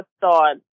thought